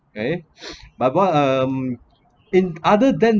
okay but what um in other then